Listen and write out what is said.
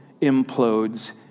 implodes